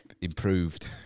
improved